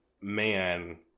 man